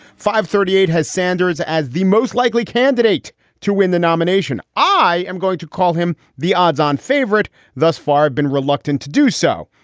fivethirtyeight has sanders as the most likely candidate to win the nomination. i am going to call him the odds on favorite thus far have been reluctant to do so.